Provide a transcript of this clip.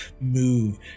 move